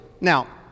Now